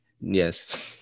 Yes